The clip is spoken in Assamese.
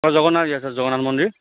হয় জগনাথ জগনাথ মন্দিৰ